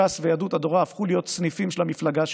ש"ס ויהדות התורה הפכו לסניפים של המפלגה שלכם,